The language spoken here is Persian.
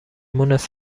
مونس